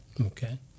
Okay